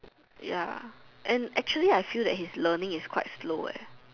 ya and actually I feel like that his learning is quite slow eh